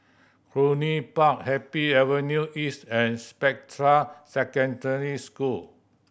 Cluny Park Happy Avenue East and Spectra Secondary School